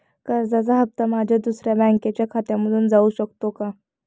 कर्जाचा हप्ता माझ्या दुसऱ्या बँकेच्या खात्यामधून जाऊ शकतो का?